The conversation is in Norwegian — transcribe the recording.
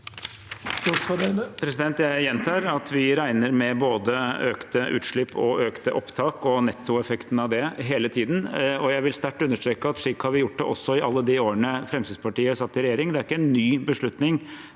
Jeg gjentar at vi regner med både økte utslipp og økte opptak og nettoeffekten av det hele tiden. Jeg vil sterkt understreke at slik har vi gjort det også i alle de årene Fremskrittspartiet satt i regjering – dette er ikke en ny beslutning.